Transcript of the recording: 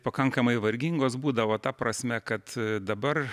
pakankamai vargingos būdavo ta prasme kad dabar